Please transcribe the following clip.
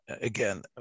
again